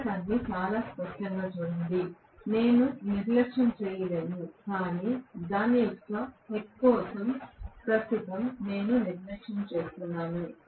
వ్యత్యాసాన్ని చాలా స్పష్టంగా చూడండి నేను నిర్లక్ష్యం చేయలేను కాని దాని యొక్క హెక్ కోసం ప్రస్తుతం నేను నిర్లక్ష్యం చేస్తున్నాను